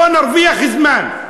בוא נרוויח זמן.